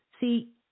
See